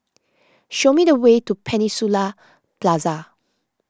show me the way to Peninsula Plaza